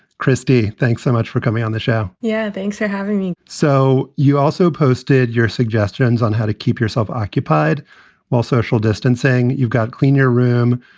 christie. thanks so much for coming on the show. yeah, thanks for having me. so you also posted your suggestions on how to keep yourself occupied while social distancing. you've got clean your room,